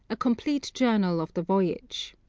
a complete journal of the voyage.